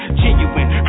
genuine